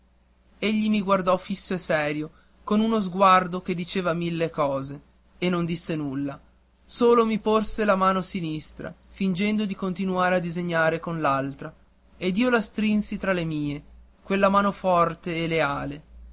egli mi guardò fisso e serio con uno sguardo che diceva mille cose e non disse nulla solo mi porse la mano sinistra fingendo di continuare a disegnare con l'altra ed io la strinsi tra le mie quella mano forte e leale